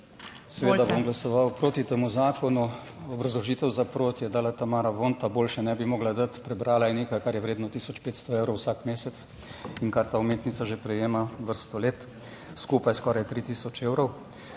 Seveda bom glasoval proti temu zakonu. Obrazložitev za, proti je dala Tamara Vonta, boljše ne bi mogla dati. Prebrala je nekaj, kar je vredno 1500 evrov vsak mesec in kar ta umetnica že prejema vrsto let, skupaj skoraj 3000 evrov.